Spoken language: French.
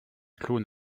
clown